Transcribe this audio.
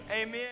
amen